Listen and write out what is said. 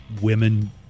women